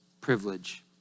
privilege